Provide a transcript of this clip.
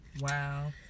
wow